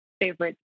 favorite